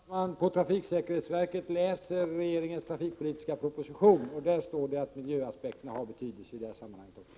Herr talman! Jag utgår från att man på trafiksäkerhetsverket läser regeringens trafikpolitiska proposition. Där står det att miljöaspekterna har betydelse även i detta sammanhang.